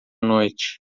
noite